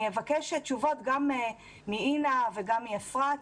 אני אבקש תשובות גם מאינה וגם מאפרת.